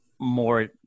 more